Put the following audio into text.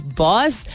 boss